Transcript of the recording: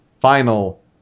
final